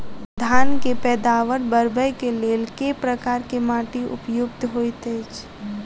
धान केँ पैदावार बढ़बई केँ लेल केँ प्रकार केँ माटि उपयुक्त होइत अछि?